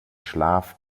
schlaf